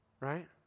Right